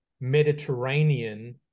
Mediterranean